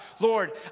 Lord